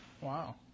Wow